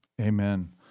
Amen